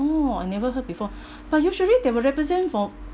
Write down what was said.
oh I never heard before but usually they will represent for